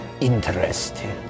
Interesting